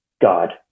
God